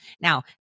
Now